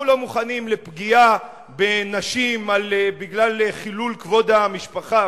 אנחנו לא מוכנים לפגיעה בנשים בגלל "חילול כבוד המשפחה",